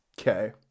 Okay